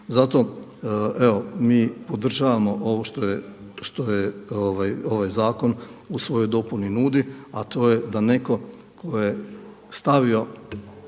evo mi podržavamo ovaj zakon što u svojoj dopuni nudi, a to je da neko tko je stavio